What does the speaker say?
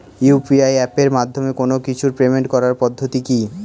UPI এপের মাধ্যমে কোন কিছুর পেমেন্ট করার পদ্ধতি কি?